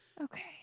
Okay